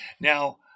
Now